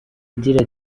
agira